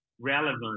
relevant